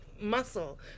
muscle